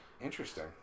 Interesting